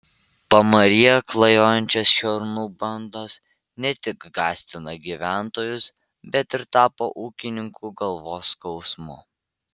pamaryje klajojančios šernų bandos ne tik gąsdina gyventojus bet ir tapo ūkininkų galvos skausmu